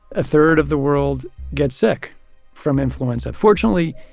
a third of the world gets sick from influence. unfortunately,